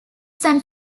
san